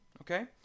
Okay